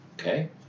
Okay